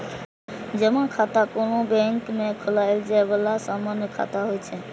जमा खाता कोनो बैंक मे खोलाएल जाए बला सामान्य खाता होइ छै